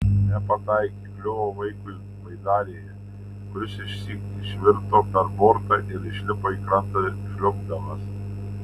nepataikė kliuvo vaikui baidarėje kuris išsyk išvirto per bortą ir išlipo į krantą žliumbdamas